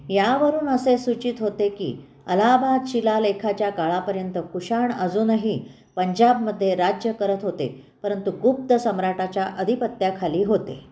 यावरून असे सूचित होते की अलाहाबाद शिलालेखाच्या काळापर्यंत कुशाण अजूनही पंजाबमध्ये राज्य करत होते परंतु गुप्त सम्राटाच्या अधिपत्याखाली होते